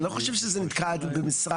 אני לא חושב שזה נתקע במשרד,